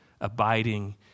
abiding